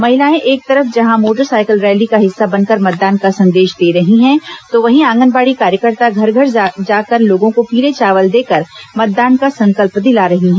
महिलाए एक तरफ जहां मोटरसाइकिल रैली का हिस्सा बनकर मतदान का संदेश दे रही हैं तो वहीं आंगनबाड़ी कार्यकर्ता घर घर जाकर लोगों को पीले चावल देकर मतदान का संकल्प दिला रही हैं